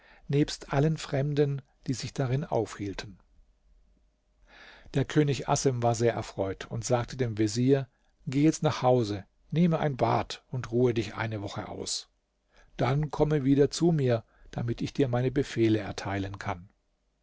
nebst allen fremden die sich darin aufhielten der könig assem war sehr erfreut und sagte dem vezier geh jetzt nach hause nehme ein bad und ruhe dich eine woche aus dann komm wieder zu mir damit ich dir meine befehle erteilen kann